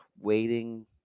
waiting